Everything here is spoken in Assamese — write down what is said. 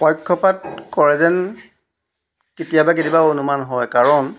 পক্ষপাত কৰে যেন কেতিয়াবা কেতিয়াবা অনুমান হয় কাৰণ